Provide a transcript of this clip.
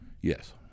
Yes